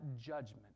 judgment